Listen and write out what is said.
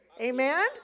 Amen